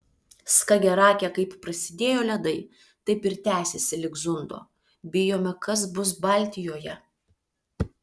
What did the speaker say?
skagerake kaip prasidėjo ledai taip ir tęsiasi lig zundo bijome kas bus baltijoje